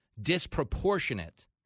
disproportionate